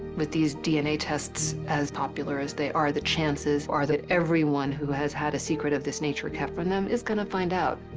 with these dna tests as popular as they are, the chances are that everyone who has had a secret of this nature kept from them is gonna find out.